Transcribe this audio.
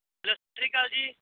ਸਤਿ ਸ਼੍ਰੀ ਅਕਾਲ ਜੀ